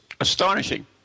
astonishing